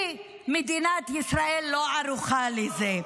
כי מדינת ישראל לא ערוכה לזה.